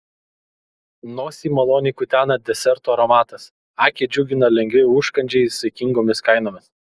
nosį maloniai kutena desertų aromatas akį džiugina lengvi užkandžiai saikingomis kainomis